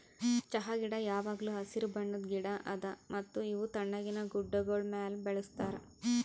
ಚಹಾ ಗಿಡ ಯಾವಾಗ್ಲೂ ಹಸಿರು ಬಣ್ಣದ್ ಗಿಡ ಅದಾ ಮತ್ತ ಇವು ತಣ್ಣಗಿನ ಗುಡ್ಡಾಗೋಳ್ ಮ್ಯಾಲ ಬೆಳುಸ್ತಾರ್